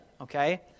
okay